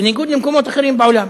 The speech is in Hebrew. בניגוד למקומות אחרים בעולם.